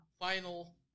final